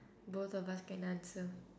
both of us can answer